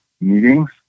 meetings